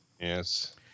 Yes